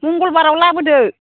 मंगलबाराव लाबोदो